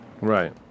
Right